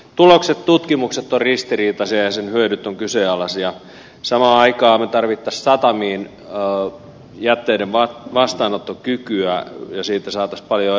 tulokset tutkimuksesta ristiriita sinänsä hyödyt on kyse ja lasia samaan aikaan tarvitessaan niin joo ja tervaa vastaanottokykyä ja siitä saa valio